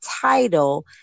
title